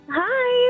hi